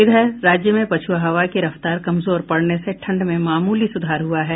इधर राज्य में पछुआ हवा की रफ्तार कमजोर पड़ने से ठंड में मामूली सुधार हुआ है